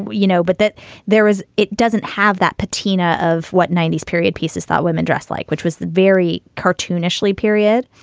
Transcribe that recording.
you know, but that there is it doesn't have that patina of what ninety s period pieces that women dress like, which was the very cartoonishly period.